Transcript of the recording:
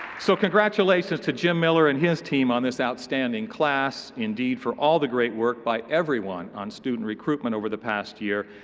so congratulations to jim miller and his team on this outstanding class. indeed, for all of the great work by everyone on student recruitment over the past year,